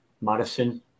Madison